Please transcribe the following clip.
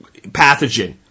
pathogen